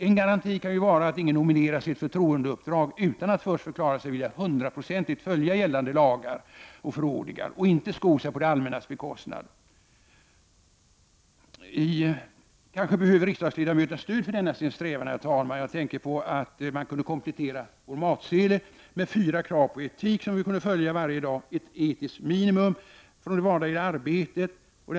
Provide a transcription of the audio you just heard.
En garanti kan vara att ingen nomineras till ett förtroendeuppdrag utan att först ha förklarat sig vilja hundraprocentigt följa gällande lagar och förordningar och inte sko sig på det allmännas bekostnad. Kanske behöver den enskilde riksdagsledamoten stöd för denna sin strävan. Jag tänker på att vi kunde komplettera vår matsedel med en lista på fyra krav på etik, som vi borde följa varje dag, som ett etiskt minimum för det vardagliga arbetet i politiken.